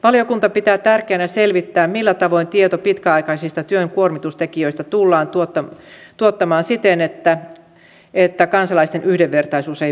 valiokunta pitää tärkeänä selvittää millä tavoin tieto pitkäaikaisista työn kuormitustekijöistä tullaan tuottamaan siten että kansalaisten yhdenvertaisuus ei vaarannu